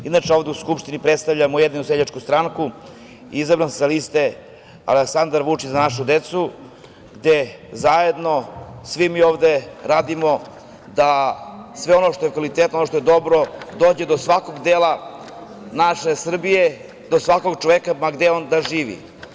Inače, ovde u Skupštini predstavljam Ujedinjenu seljačku stranku, izabran sa liste Aleksandar Vučić – Za našu decu, gde zajedno svi mi ovde radimo da sve ono što je kvalitetno, ono što je dobro dođe do svakog dela naše Srbije, do svakog čoveka ma gde on da živi.